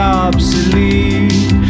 obsolete